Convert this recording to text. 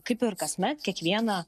kaip ir kasmet kiekvieną